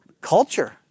culture